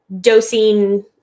dosing